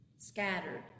scattered